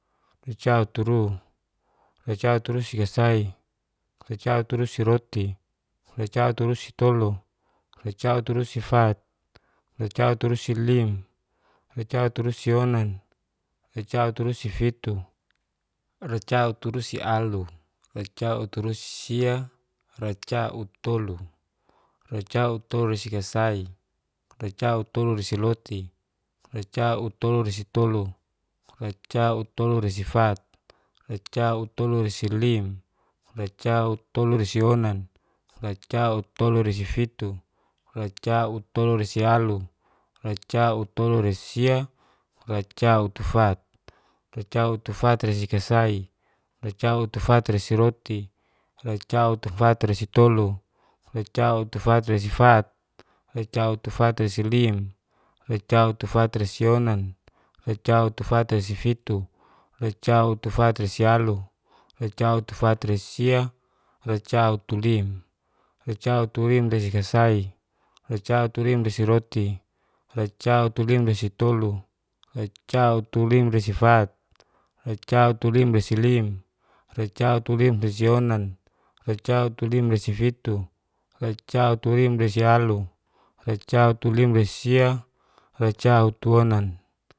Racauturu, racauturusikasai, racauturusiroti, racauturusitolu, racauturusifat, racauturusilim, racauturusionan, racauturusifitu, racauturusialu, racauturusisia, racautulo. racautoluresikasai. racautoloresiroti, racautoloresitolu, racautoloresifat, racautoloresilim, racautoloresionan. racautoloresifitu, racautoloresilim, racautoloresionan, racautoloresifitu, racautoloresialu, racautoloresisia, racautufat, racutufatresikasai, racautufatresiroti, racautufatresitolo racautufatresifat, racautufatresilim, racautufatresionan, racautufatresifitu, racautufatresialu, racautufatresisia. racautulim, racautulimresikasai, racautulimresiroti, racautulimresitolo, racautulimresifat, racautulimresilim, racautulimresionan, racautulimresifitu, racautulimresialu, racautulimresisia, racautuonan.